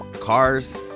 cars